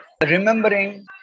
remembering